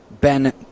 Ben